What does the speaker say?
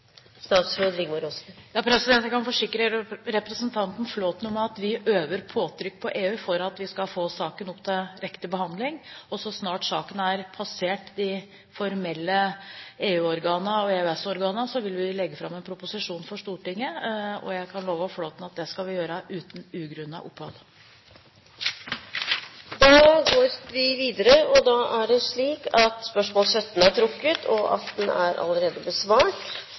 Jeg kan forsikre representanten Flåtten om at vi øver påtrykk på EU for at vi skal få saken opp til riktig behandling. Og så snart saken har passert de formelle EU-organene og EØS-organene, vil vi legge fram en proposisjon for Stortinget. Jeg kan love Flåtten at det skal vi gjøre uten ugrunnet opphold. Dette spørsmålet er trukket tilbake. Spørsmål 18 er besvart tidligere. Jeg har følgende spørsmål til olje- og